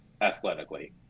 athletically